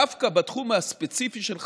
דווקא בתחום הספציפי של החקלאות,